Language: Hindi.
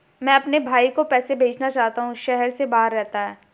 मैं अपने भाई को पैसे भेजना चाहता हूँ जो शहर से बाहर रहता है